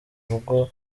rugo